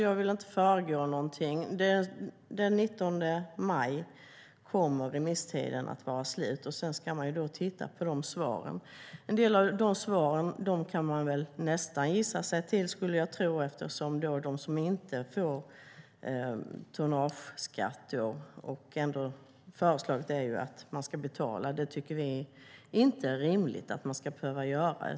Jag vill inte föregå någonting. Den 19 maj är remisstiden slut, och sedan ska man titta på svaren. En del av svaren kan man väl nästan gissa sig till, skulle jag tro, eftersom förslaget innebär att de som inte berörs av tonnageskatt ändå ska betala. Det tycker vi inte är rimligt att man ska behöva göra.